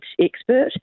expert